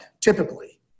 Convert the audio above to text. typically